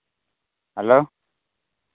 hello